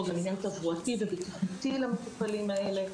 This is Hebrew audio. גם עניין תברואתי ובטיחותי למטופלים האלה.